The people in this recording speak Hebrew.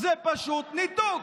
זה פשוט ניתוק.